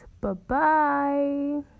Bye-bye